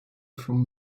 vom